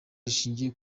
rishingiye